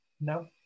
no